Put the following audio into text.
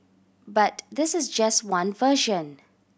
but this is just one version